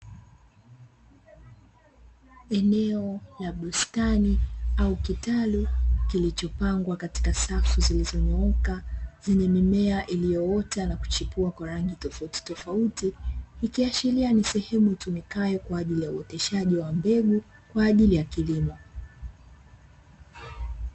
Eneo la bustani au kitalu kilichopangwa katika safu zilizonyooka, zenye mimea iliyoota na kuchipua kwa rangi tofautitofauti, ikiashiria ni sehemu itumikayo kwa ajili ya uoteshaji wa mbegu kwa ajili ya kilimo.